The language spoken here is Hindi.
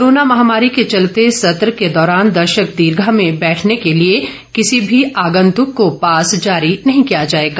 कोरोना महामारी के चलते सत्र के दौरान दर्शक दीर्घा में बैठने के लिए किसी भी आगंतुक को पास जारी नहीं किया जाएगा